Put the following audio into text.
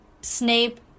snape